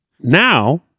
Now